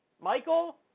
Michael